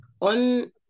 on